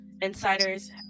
insiders